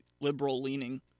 liberal-leaning